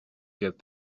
get